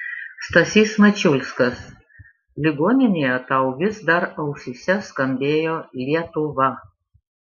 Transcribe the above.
stasys mačiulskas ligoninėje tau vis dar ausyse skambėjo lietuva